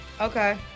Okay